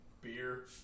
Beer